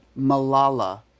Malala